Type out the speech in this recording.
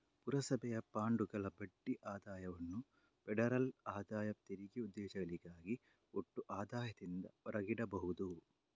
ಪುರಸಭೆಯ ಬಾಂಡುಗಳ ಬಡ್ಡಿ ಆದಾಯವನ್ನು ಫೆಡರಲ್ ಆದಾಯ ತೆರಿಗೆ ಉದ್ದೇಶಗಳಿಗಾಗಿ ಒಟ್ಟು ಆದಾಯದಿಂದ ಹೊರಗಿಡಬಹುದು